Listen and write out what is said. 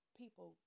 people